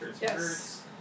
yes